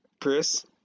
Chris